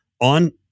on